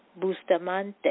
Bustamante